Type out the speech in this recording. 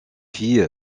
fille